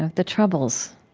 ah the troubles.